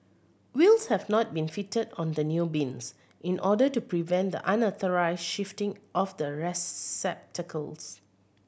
wheels have not been fitted on the new bins in order to prevent the unauthorised shifting of the receptacles